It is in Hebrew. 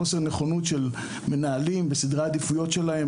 חוסר נכונות של מנהלים וסדרי עדיפויות שלהם